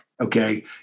okay